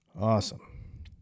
Awesome